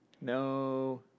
No